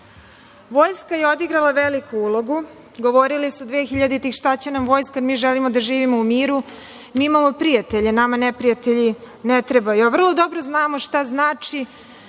je odigrala veliku ulogu. Govorili su dvehiljaditih šta će nam vojska, mi želimo da živimo u miru, mi imamo prijatelje, nama neprijatelji ne trebaju, a vrlo dobro znamo šta znači